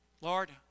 Lord